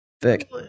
thick